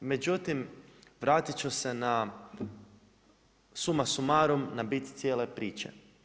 Međutim vratit ću se na summa summarum na bit cijele priče.